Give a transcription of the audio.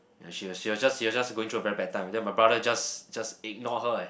ya she was she was just she was just going through a very bad time then my brother just just ignore her leh